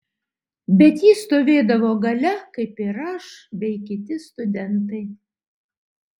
bet ji stovėdavo gale kaip ir aš bei kiti studentai